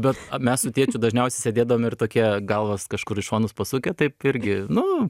bet mes su tėčiu dažniausiai sėdėdavom ir tokie galvas kažkur į šonus pasukę taip irgi nu